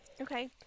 Okay